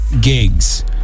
gigs